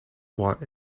watt